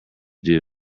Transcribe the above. due